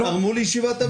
והם תרמו לישיבה.